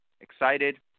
excited